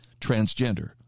transgender